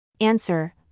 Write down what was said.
Answer